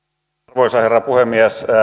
arvoisa herra puhemies